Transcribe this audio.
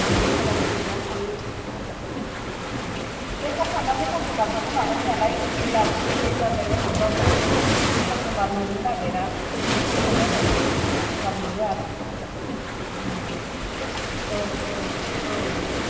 आंबो खामानि फोजोबनानै थांनि एसे थाब थांब्लासो कास्टमारफ्राबो माबायोनालाय बेलासि जाद्रायना थांब्लाबो कास्टमार मोननो नागिरा जेसेनो थाब थांनो हायो एसे कास्टमार मोनो आरो औ औ औ